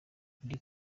ndi